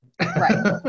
Right